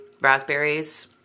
raspberries